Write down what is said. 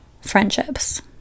friendships